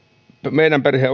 meidän perhe